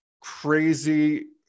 crazy